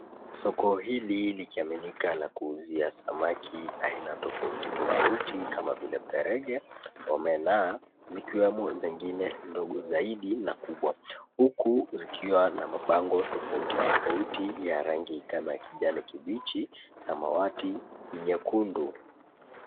Soko hili likiaminika la kuuzia samaki aina tofauti tofauti kama vile perege, omena, zikiwemo zingine ndogo zaidi na kubwa. Huku zikiwa na mabango tofauti tofauti ya rangi kama ya kijani kibichi, samawati, nyekundu.